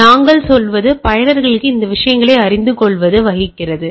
எனவே நாங்கள் சொல்வது பயனருக்கு இந்த விஷயங்களை அறிந்துகொள்ள வைக்கிறது